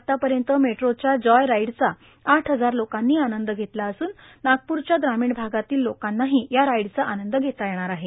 आत्तापर्यंत मेट्रोच्या जॉय राईडचा आठ हजार लोकांनी आनंद घेतला असून नागप्रच्या ग्रामीण भागातील लोकांनाही या राईडचा आनंद घेता येणार आहे